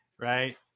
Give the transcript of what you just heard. Right